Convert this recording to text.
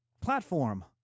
platform